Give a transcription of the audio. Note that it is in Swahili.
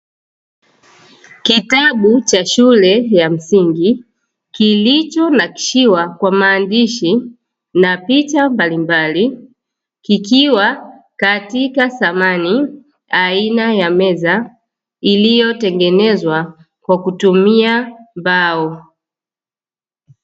Kitabu cha shule ya msingi kilicho nakishiwa kwa maandishi na picha mbalimbali, kikiwa katika samani aina ya meza iliyotengenezwa kwa kutumia mbao.